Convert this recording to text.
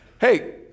Hey